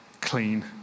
clean